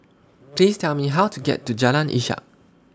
Please Tell Me How to get to Jalan Ishak